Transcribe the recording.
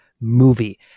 movie